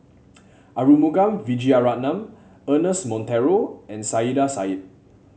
Arumugam Vijiaratnam Ernest Monteiro and Saiedah Said